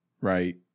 right